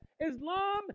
Islam